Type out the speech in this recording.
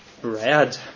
bread